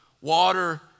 water